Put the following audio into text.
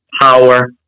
power